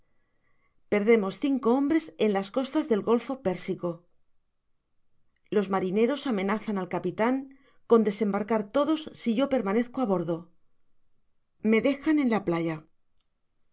perdemos cinco hombres en las costas del golfo persico los marineros amenazan al capitan con desembarcar todos si yo permanezco a bordo me dejan en la playa